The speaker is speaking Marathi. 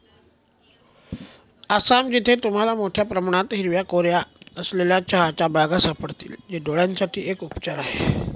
आसाम, जिथे तुम्हाला मोठया प्रमाणात हिरव्या कोऱ्या असलेल्या चहाच्या बागा सापडतील, जे डोळयांसाठी एक उपचार आहे